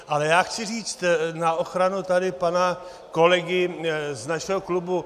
Ale já chci říct na ochranu tady pana kolegy z našeho klubu.